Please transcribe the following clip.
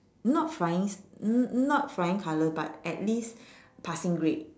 not flying n~ not flying colours but at least passing grade